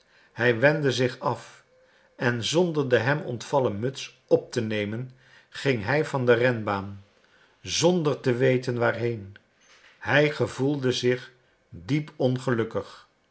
hij wendde zich af en zonder de hem ontvallen muts op te nemen ging hij van de renbaan zonder te weten waarheen hij gevoelde zich diep ongelukkig